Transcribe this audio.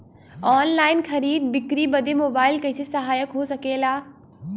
Online खरीद बिक्री बदे मोबाइल कइसे सहायक हो सकेला?